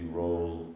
role